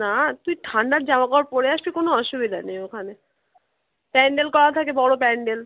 না তুই ঠান্ডার জামা কাপড় পরে আসবি কোনো অসুবিদা নেই ওখানে প্যান্ডেল করা থাকে বড়ো প্যান্ডেল